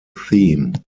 theme